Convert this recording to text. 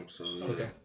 Okay